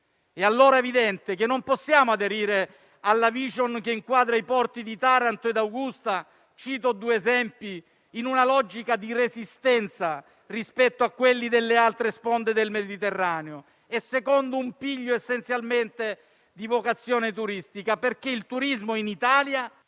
È allora evidente che non possiamo aderire alla *vision* che inquadra i porti di Taranto e Augusta - cito due esempi - in una logica di resistenza rispetto a quelli delle altre sponde del Mediterraneo e secondo un piglio di vocazione essenzialmente turistica, perché in Italia